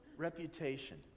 Reputation